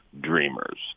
dreamers